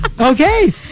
okay